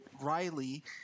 Riley